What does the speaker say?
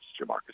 Jamarcus